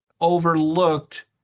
overlooked